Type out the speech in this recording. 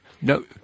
no